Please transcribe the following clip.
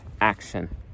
action